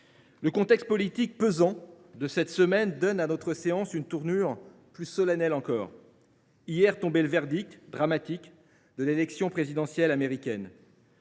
le contexte politique de cette semaine donne à notre séance une tonalité plus solennelle encore. Hier tombait en effet le verdict dramatique de l’élection présidentielle américaine.